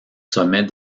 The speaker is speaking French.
sommets